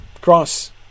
cross